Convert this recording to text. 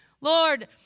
Lord